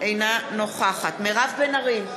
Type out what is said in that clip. אינה נוכחת מירב בן ארי,